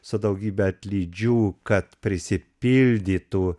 su daugybe atlydžių kad prisipildytų